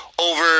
over